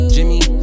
Jimmy